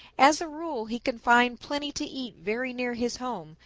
as a rule he can find plenty to eat very near his home,